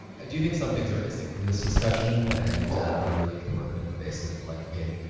i do think some things are missing from this discussion, and that are really important and pervasive like in,